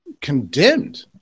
condemned